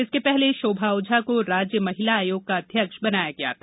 इसके पहले शोभा ओझा को राज्य महिला आयोग का अध्यक्ष बनाया गया है